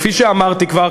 כפי שאמרתי כבר,